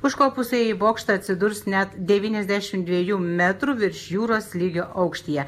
užkopusieji į bokštą atsidurs net devyniasdešimt dviejų metrų virš jūros lygio aukštyje